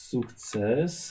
Sukces